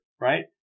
right